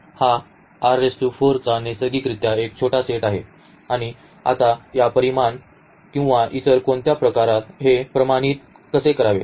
हा चा नैसर्गिकरित्या एक छोटा सेट आहे आणि आता या परिमाण किंवा इतर कोणत्या प्रकारात हे प्रमाणित कसे करावे